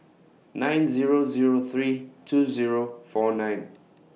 nine Zero Zero three two Zero four nine